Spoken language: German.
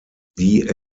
die